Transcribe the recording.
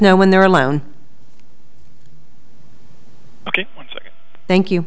know when they're alone ok thank you